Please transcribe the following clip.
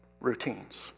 routines